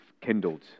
kindled